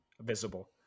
visible